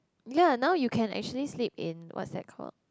ya now you can actually sleep in what's that called